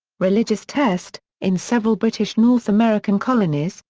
religious test in several british north american colonies,